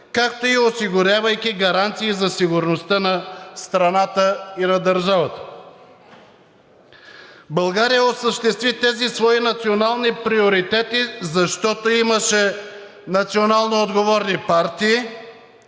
както и осигурявайки гаранции за сигурността на страната и на държавата. България осъществи тези свои национални приоритети, защото имаше националноотговорни партии,